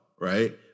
right